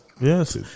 Yes